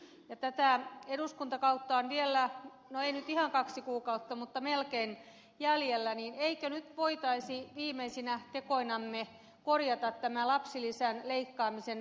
tätä eduskuntakautta on vielä no ei nyt ihan mutta melkein kaksi kuukautta jäljellä niin että emmekö nyt voisi viimeisinä tekoinamme korjata tämän lapsilisän leikkaamisen vääryyden